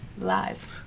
Live